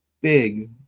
big